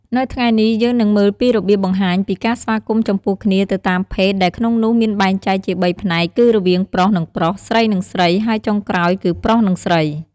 នៅថ្ងៃនេះ យើងនឹងមើលពីរបៀបបង្ហាញពីការស្វាគមន៌ចំពោះគ្នា ទៅតាមភេទ ដែលក្នុងនោះមានបែងចែកជាបីផ្នែកគឺរវាងប្រុស និងប្រុស ស្រី និង ស្រី ហើយចុងក្រោយគឺ ប្រុស និងស្រី។